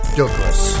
Douglas